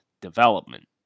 development